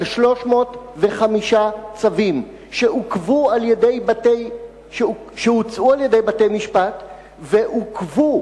של 305 צווים שהוצאו על-ידי בתי משפט ועוכבו,